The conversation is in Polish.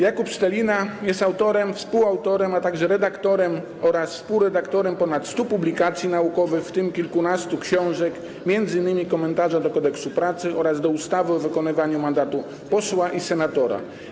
Jakub Stelina jest autorem, współautorem, a także redaktorem oraz współredaktorem ponad 100 publikacji naukowych, w tym kilkunastu książek, m.in. komentarza do Kodeksu pracy oraz do ustawy o wykonywaniu mandatu posła i senatora.